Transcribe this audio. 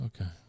Okay